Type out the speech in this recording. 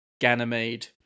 Ganymede